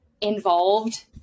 involved